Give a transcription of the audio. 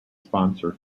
sponsor